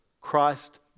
Christ